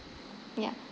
ya